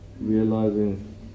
realizing